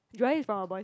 Joel is from a boys